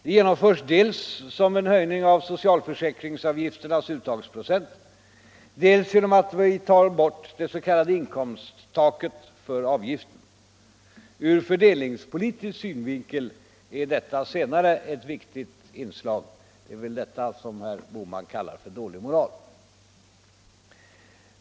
De genomförs dels som en höjning av socialförsäkringsavgifternas uttagsprocent, dels genom att vi tar bort det s.k. inkomsttaket för avgiften. Ur fördelningspolitisk synvinkel är det senare ett viktigt inslag. Men det är väl detta som herr Bohman kallar för dålig moral.